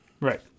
Right